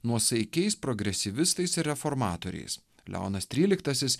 nuosaikiais progresyvistais ir reformatoriais leonas tryliktasis